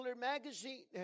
magazine